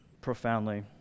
profoundly